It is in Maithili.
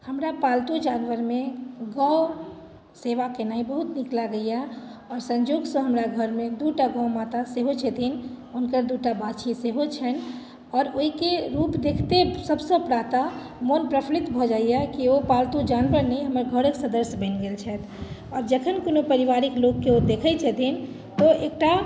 हमरा पालतू जानवरमे गौ सेवा केनाइ बहुत नीक लागैए आओर संयोगसँ हमरा घरमे दू टा गौ माता सेहो छथिन हुनकर दू टा बाछी सेहो छनि आओर ओहिके रूप देखिते सभसँ प्रातः मोन प्रफ्फुलित भऽ जाइए कि ओ पालतू जानवर नहि हमर घरक सदस्य बनि गेल छथि आ जखन कोनो पारिवारिक लोककेँ ओ देखैत छथिन ओ एकटा